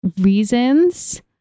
reasons